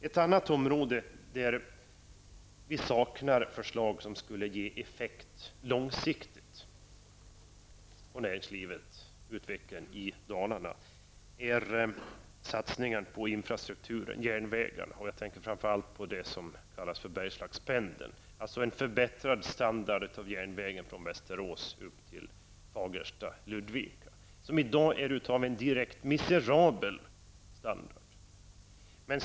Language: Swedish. Ett annat område där vi saknar förslag som skulle ge långsiktiga effekter på utvecklingen av näringslivet i Dalarna är satsningar på infrastrukturen, framför allt järnvägen. Jag tänker på vad som kallas Bergslagspendeln, som skulle kunna ge en förbättrad standard på järnvägssträckan Västerås--Fagersta/Ludvika. Denna järnvägssträckning har i dag en miserabel standard.